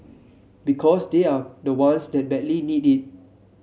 because they are the ones that badly need it